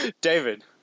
david